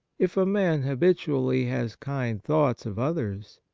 if a man habitually has kind thoughts of others,